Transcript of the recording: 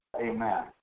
Amen